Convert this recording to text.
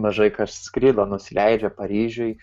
mažai kas skrido nusileidžia paryžiuj